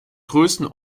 größten